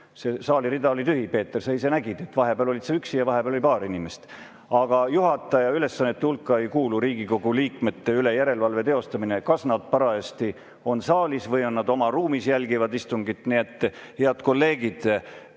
See saalirida oli tühi. Peeter, sa ise nägid, et vahepeal olid sa üksi ja vahepeal oli paar inimest. Aga juhataja ülesannete hulka ei kuulu Riigikogu liikmete üle järelevalve teostamine, kas nad parajasti on saalis või on nad oma ruumis, jälgivad sealt istungit. Head kolleegid,